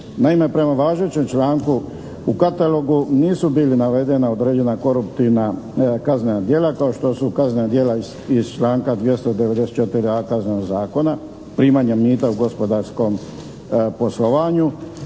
Naime, prema važećem članku katalogu nisu bila navedena određena koruptivna kaznena djela kao što su kaznena djela iz članka 294a. Kaznenog zakona, primanja mita u gospodarskom poslovanju